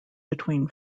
between